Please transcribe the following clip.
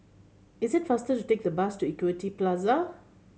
is it faster to take the bus to Equity Plaza